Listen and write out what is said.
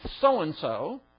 so-and-so